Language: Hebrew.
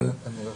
אבל בסדר,